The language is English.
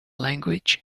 language